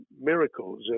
miracles